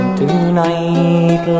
tonight